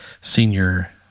senior